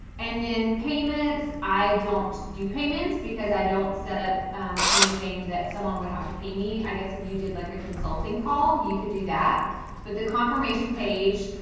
and then payments, i don't do payments, because i don't set up anything that someone would have to pay me i guess if you did like a consulting call, you could do that. but the confirmation page,